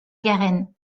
garenne